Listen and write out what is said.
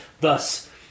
thus